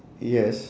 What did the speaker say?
yes